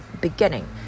beginning